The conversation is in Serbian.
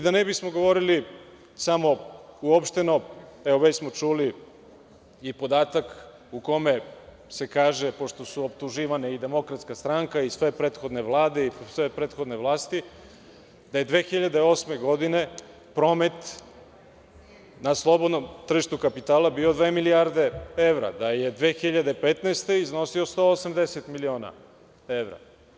Da ne bismo govorili samo uopšteno, već smo čuli i podatak u kome se kaže, pošto su optuživane i DS i sve prethodne vlade i sve prethodne vlasti, da je 2008. godine promet na slobodnom tržištu kapitala bio dve milijarde evra, da je 2015. godine iznosio 180 miliona evra.